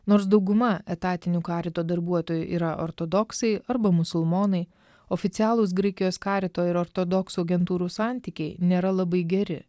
nors dauguma etatinių karito darbuotojų yra ortodoksai arba musulmonai oficialūs graikijos karito ir ortodoksų agentūrų santykiai nėra labai geri